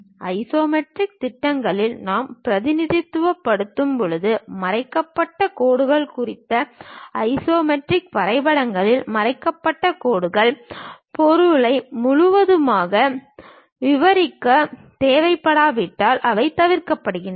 isometric திட்டங்களில் நாம் பிரதிநிதித்துவப்படுத்தும் போது மறைக்கப்பட்ட கோடுகள் குறித்து ஐசோமெட்ரிக் வரைபடங்களில் மறைக்கப்பட்ட கோடுகள் பொருளை முழுமையாக விவரிக்கத் தேவைப்படாவிட்டால் அவை தவிர்க்கப்படுகின்றன